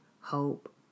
hope